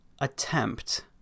attempt